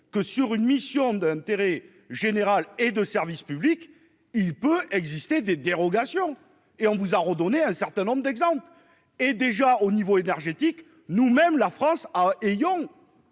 que sur une mission d'intérêt général et de service public, il peut exister des dérogations et on vous a redonné un certain nombre d'exemples et déjà au niveau énergétique nous même, la France a ayons.--